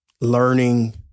learning